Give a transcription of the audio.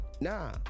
nah